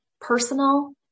personal